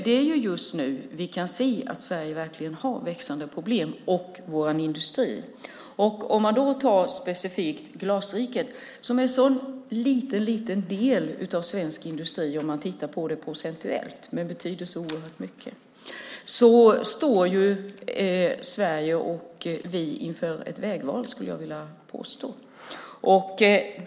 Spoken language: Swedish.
Det är just nu som vi kan se att Sverige och vår industri verkligen har växande problem. När det gäller Glasriket som är en så liten del av svensk industri, om man ser det procentuellt, men som betyder så oerhört mycket står Sverige inför ett vägval, skulle jag vilja påstå.